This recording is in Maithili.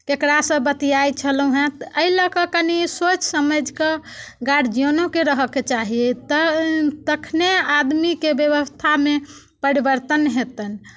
ककरासँ बतियाइ छलहुँ हेँ तऽ एहि लऽ कऽ कनि सोचि समझि कऽ गार्जियनोके रहयके चाही तखने आदमीके व्यवस्थामे परिवर्तन हेतनि